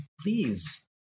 please